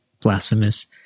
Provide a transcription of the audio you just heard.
blasphemous